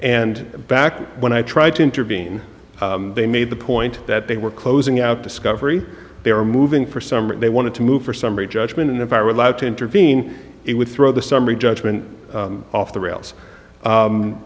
and back when i tried to intervene they made the point that they were closing out discovery they were moving for summer and they wanted to move for summary judgment and if i were allowed to intervene it would throw the summary judgment off the